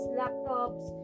laptops